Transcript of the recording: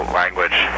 language